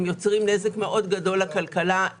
הם יוצרים נזק גדול לכלכלה,